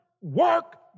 work